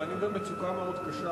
אבל אני במצוקה מאוד קשה,